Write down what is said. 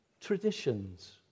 traditions